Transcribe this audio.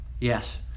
Yes